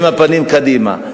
עם הפנים קדימה,